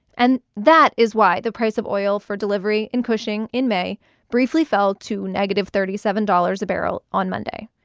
and that is why the price of oil for delivery in cushing in may briefly fell to negative thirty seven dollars a barrel on monday.